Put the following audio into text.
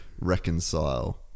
reconcile